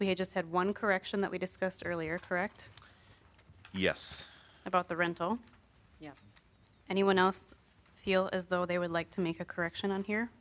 we have just had one correction that we discussed earlier correct yes about the rental anyone else feel as though they would like to make a correction on here